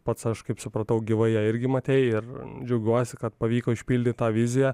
pats aš kaip supratau gyvai ją irgi matei ir džiaugiuosi kad pavyko išpildyt tą viziją